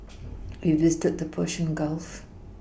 we visited the Persian Gulf